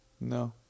no